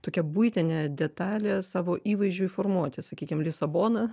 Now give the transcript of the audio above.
tokia buitinė detalė savo įvaizdžiui formuoti sakykim lisabona